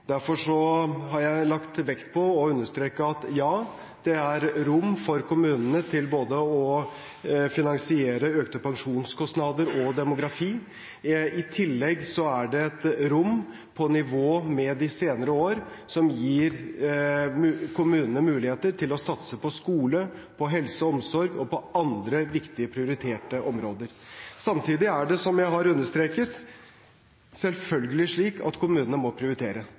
Derfor har jeg lagt vekt på å understreke at ja, det er rom for kommunene til å finansiere både økte pensjonskostnader og demografi. I tillegg er det et rom på nivå med de senere år som gir kommunene muligheter til å satse på skole, på helse og omsorg og på andre viktige prioriterte områder. Samtidig er det, som jeg har understreket, selvfølgelig slik at kommunene må prioritere.